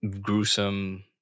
gruesome